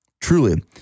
truly